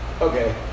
okay